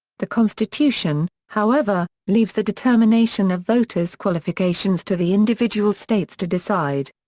the constitution, however, leaves the determination of voters' qualifications to the individual states to decide.